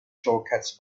shortcuts